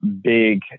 big